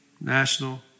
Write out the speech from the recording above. national